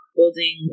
Building